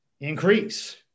increase